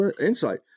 insight